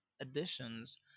additions